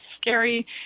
scary